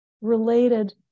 related